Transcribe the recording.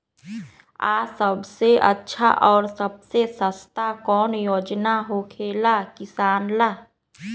आ सबसे अच्छा और सबसे सस्ता कौन योजना होखेला किसान ला?